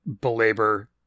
belabor